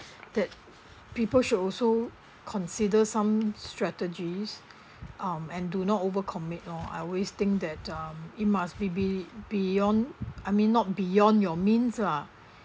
that people should also consider some strategies um and do not over commit lor I always think that um it must be~ be~ beyond I mean not beyond your means lah